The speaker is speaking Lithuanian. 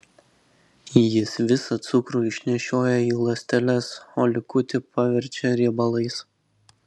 jis visą cukrų išnešioja į ląsteles o likutį paverčia riebalais